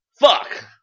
Fuck